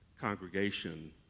congregation